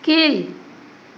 கீழ்